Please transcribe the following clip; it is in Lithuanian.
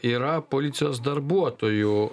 yra policijos darbuotojų